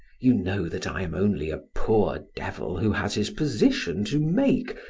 you know that i am only a poor devil, who has his position to make,